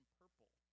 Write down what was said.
purple